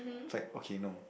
it's like okay no